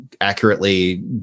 accurately